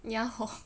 ya hor